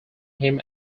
him